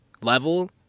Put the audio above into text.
level